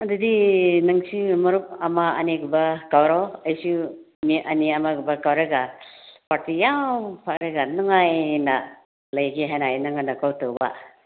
ꯑꯗꯨꯗꯤ ꯅꯪꯁꯨ ꯃꯔꯨꯞ ꯑꯃ ꯑꯅꯤꯒꯨꯝꯕ ꯀꯧꯔꯣ ꯑꯩꯁꯨ ꯃꯤ ꯑꯅꯤ ꯑꯃꯒꯨꯝꯕ ꯀꯧꯔꯒ ꯄꯥꯔꯇꯤ ꯌꯥꯝ ꯐꯔꯒ ꯅꯨꯡꯉꯥꯏꯅ ꯂꯩꯒꯦ ꯍꯥꯏꯅ ꯑꯩ ꯅꯪꯉꯣꯟꯗ ꯀꯣꯜ ꯇꯧꯕ